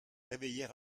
réveiller